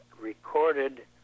recorded